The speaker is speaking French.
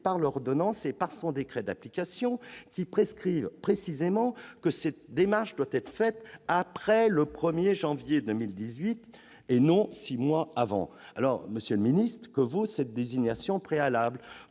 par l'ordonnance et par son décret d'application, qui prescrivent, précisément, que cette démarche doit être faite après le 1 janvier 2018, et non six mois avant. Monsieur le ministre, que vaut cette désignation préalable ?